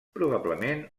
probablement